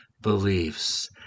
beliefs